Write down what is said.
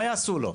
מה יעשו לו?